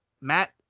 Matt